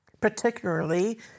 particularly